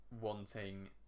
wanting